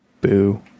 Boo